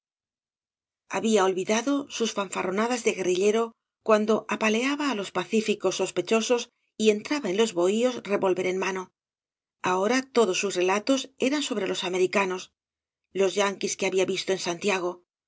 había olvidado bub fanfarronadas de guerrillero cuando apaleaba á los pacíficos sospechogos y entraba en loa bohíos revólver en nsano ahora todos bus relatos eran sobre los americanos los yanquis que había visto en santiago